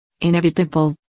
Inevitable